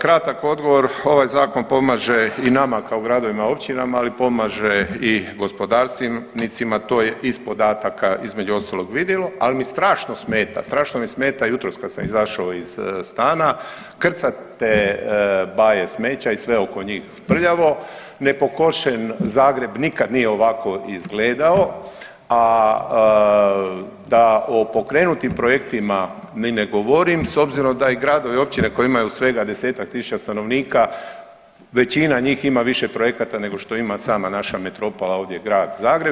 Kratak odgovor, ovaj zakon pomaže i nama kao gradovima i općinama, ali i pomaže i gospodarstvenicima to je iz podataka između ostalog vidjelo, ali nam mi strašno smeta, strašno mi smeta jutros kad sam izašao iz stana krcate baje smeća i sve oko njih prljavo, nepokošen Zagreb, nikad nije ovako izgledao, da o pokrenutim projektima ni ne govorim s obzirom da i gradovi i općine koji imaju svega 10.000 stanovnika većina njih ima više projekata nego što ima sama naša metropola ovdje Grad Zagreb.